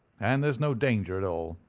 and there's no danger at all.